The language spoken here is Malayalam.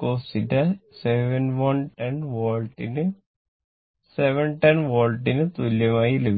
cos θ 710 വാട്ടിന് തുല്യമായി ലഭിക്കും